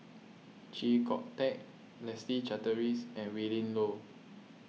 Chee Kong Tet Leslie Charteris and Willin Low